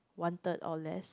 one third or less